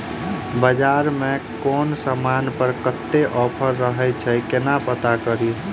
बजार मे केँ समान पर कत्ते ऑफर रहय छै केना पत्ता कड़ी?